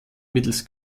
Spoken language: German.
mittels